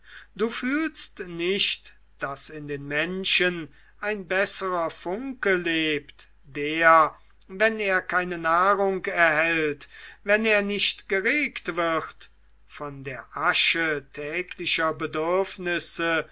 du fühlst nicht daß in den menschen ein besserer funke lebt der wenn er keine nahrung erhält wenn er nicht geregt wird von der asche täglicher bedürfnisse